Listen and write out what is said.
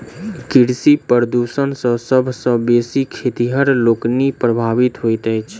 कृषि प्रदूषण सॅ सभ सॅ बेसी खेतिहर लोकनि प्रभावित होइत छथि